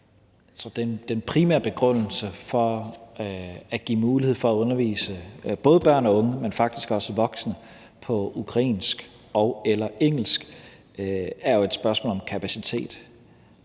Den primære begrundelse for at give mulighed for at undervise både børn og unge, men faktisk også voksne, på ukrainsk og/eller engelsk er jo et spørgsmål om kapacitet,